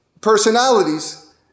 personalities